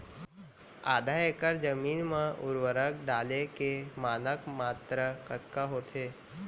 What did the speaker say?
आधा एकड़ जमीन मा उर्वरक डाले के मानक मात्रा कतका होथे?